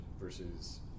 versus